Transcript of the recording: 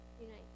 unite